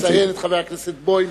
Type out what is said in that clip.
אני צריך לציין את חבר הכנסת בוים,